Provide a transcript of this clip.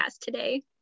today